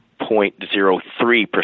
0.03%